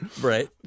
Right